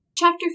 Chapter